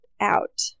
Out